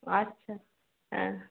আচ্ছা হ্যাঁ